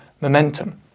momentum